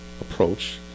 approach